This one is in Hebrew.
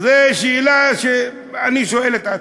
זה שאלה שאני שואל את עצמי.